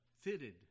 fitted